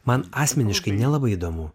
man asmeniškai nelabai įdomu